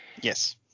Yes